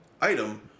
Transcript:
item